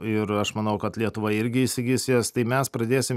ir aš manau kad lietuva irgi įsigis jas tai mes pradėsim